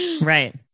Right